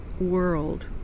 world